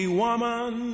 woman